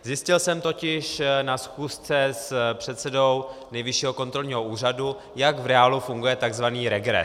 Zjistil jsem totiž na schůzce s předsedou Nejvyššího kontrolního úřadu, jak v reálu funguje takzvaný regres.